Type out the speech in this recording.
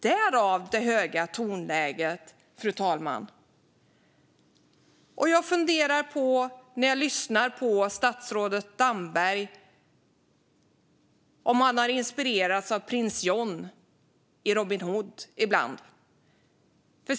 Därav det höga tonläget, fru talman. När jag lyssnar på statsrådet Damberg funderar jag på om han ibland har inspirerats av prins John i Robin Hood .